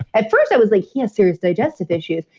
at first i was like, he has serious digestive issues,